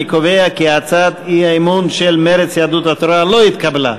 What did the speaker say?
אני קובע כי הצעת האי-אמון של מרצ ויהדות התורה לא התקבלה,